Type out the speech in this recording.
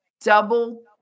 double